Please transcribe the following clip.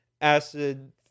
acid